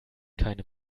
keine